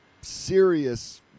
serious